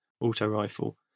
Auto-rifle